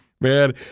Man